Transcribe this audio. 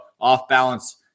off-balance